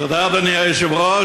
תודה, אדוני היושב-ראש.